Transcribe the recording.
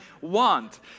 want